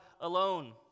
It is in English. alone